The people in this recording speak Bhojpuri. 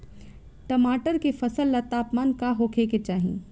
टमाटर के फसल ला तापमान का होखे के चाही?